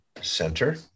Center